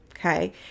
Okay